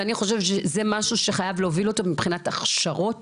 ואני חושבת שזה משהו שחייב להוביל אותו מבחינת הכשרות